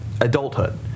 adulthood